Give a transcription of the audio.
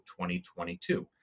2022